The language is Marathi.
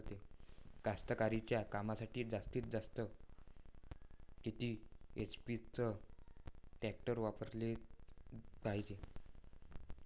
कास्तकारीच्या कामासाठी जास्तीत जास्त किती एच.पी टॅक्टर वापराले पायजे?